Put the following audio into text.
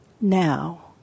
now